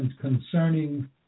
concerning